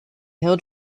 hailed